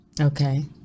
Okay